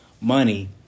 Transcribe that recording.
money